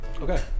Okay